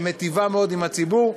שמיטיבה מאוד עם הציבור,